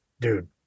dude